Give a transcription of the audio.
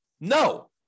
No